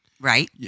Right